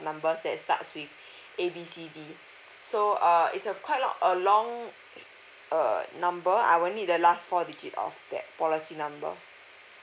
numbers that starts with A B C D so uh it's a quite long a long err number I will need the last four digit of that policy number